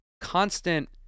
constant